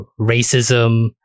racism